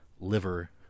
liver